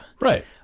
right